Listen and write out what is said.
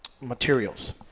materials